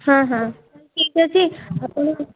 ହଁ ହଁ ଠିକ୍ ଅଛି ଆପଣ